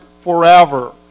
forever